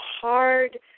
hard